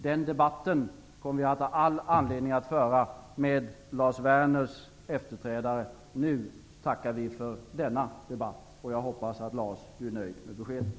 Den debatten kommer vi att ha all anledning att föra med Lars Werners efterträdare. Nu tackar vi för denna debatt, och jag hoppas att Lars Werner blir nöjd med beskedet.